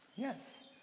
Yes